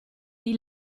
die